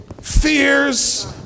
fears